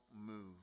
move